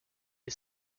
est